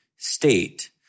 state